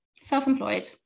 self-employed